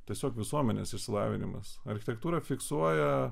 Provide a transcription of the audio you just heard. tiesiog visuomenės išsilavinimas architektūra fiksuoja